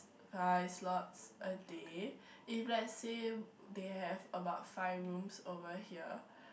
five slots a day if let's say they have about five rooms over here